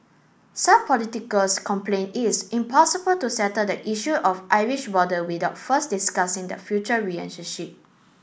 some politicals complained it's impossible to settle the issue of Irish border without first discussing the future relationship